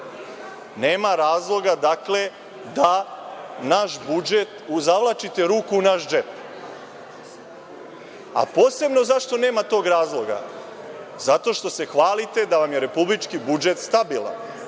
Nema razloga, dakle, da zavlačite ruku u naš džep. A posebno zašto nema tog razloga? Zato što se hvalite da vam je republički budžet stabilan,